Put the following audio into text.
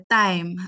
time